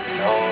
no